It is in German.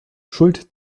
schuld